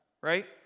right